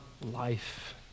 life